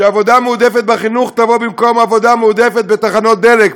שעבודה מועדפת בחינוך תבוא במקום עבודה מועדפת בתחנות דלק.